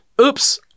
Oops